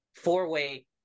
four-way